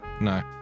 No